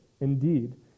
indeed